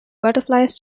butterflies